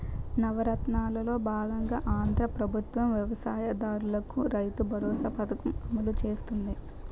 నవరత్నాలలో బాగంగా ఆంధ్రా ప్రభుత్వం వ్యవసాయ దారులకు రైతుబరోసా పథకం అమలు చేస్తుంది